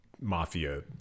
mafia